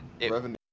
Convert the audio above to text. revenue